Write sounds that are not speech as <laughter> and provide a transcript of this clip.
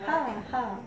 <laughs>